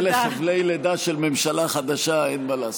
אלה חבלי לידה של ממשלה חדשה, אין מה לעשות.